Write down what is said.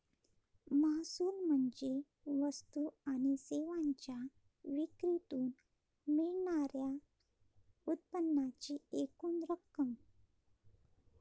महसूल म्हणजे वस्तू आणि सेवांच्या विक्रीतून मिळणार्या उत्पन्नाची एकूण रक्कम